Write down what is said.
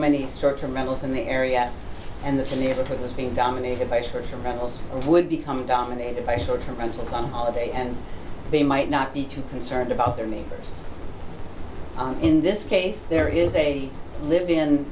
many structure metals in the area and the neighborhood was being dominated by short term rentals it would become dominated by short term rental clown holiday and they might not be too concerned about their neighbors in this case there is a live in